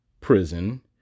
prison